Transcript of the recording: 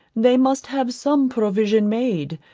they must have some provision made,